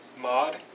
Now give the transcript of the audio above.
Mod